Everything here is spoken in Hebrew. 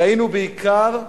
ראינו בעיקר הצהרות,